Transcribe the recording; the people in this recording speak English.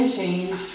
change